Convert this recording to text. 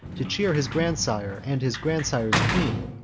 to cheer his grandsire and his grandsire's queen.